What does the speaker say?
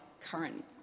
current